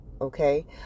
okay